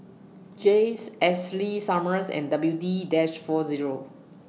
Jays Ashley Summers and W D dash four Zero